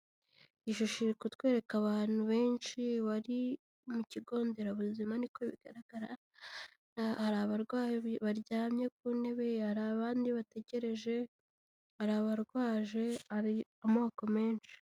Ishusho iri kutwereka abantu benshi bari mu kigo nderabuzima niko bigaragara hari abarwayi baryamye, ku ntebe hari abandi bategereje ,hari abarwaje amoko menshi.